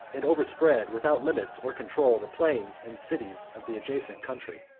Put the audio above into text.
and overspread, without limits or control, the plains and cities of the adjacent country.